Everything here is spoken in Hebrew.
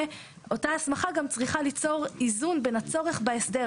ואותה הסמכה גם צריכה ליצור איזון בין הצורך בהסדר,